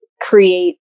create